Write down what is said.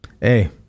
Hey